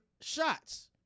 shots